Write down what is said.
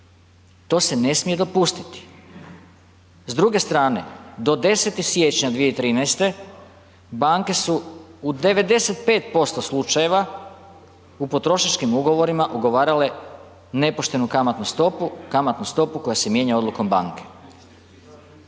to se ne smije dopustiti. S druge strane, do 10. siječnja 2013. banke su u 95% slučajeva u potrošačkim ugovorima ugovarale nepoštenu kamatnu stopu, kamatnu stopu koja se mijenja odlukom banke.